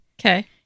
Okay